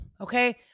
Okay